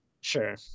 sure